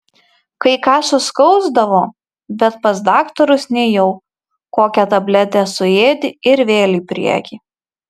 kai ką suskausdavo bet pas daktarus nėjau kokią tabletę suėdi ir vėl į priekį